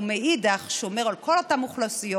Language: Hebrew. ומצד שני שומר על כל אותן אוכלוסיות